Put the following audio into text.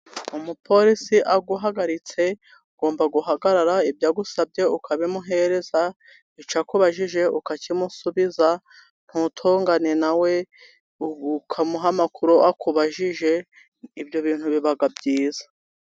Umupolisi aguhagaritse ugomba guhagarara, ibyo agusabye ukabimuhereza, ibyo akubajije ukakimusubiza ntutongane nawe. Ukamuha amakuru akubajije ibyo bintu biba byiza.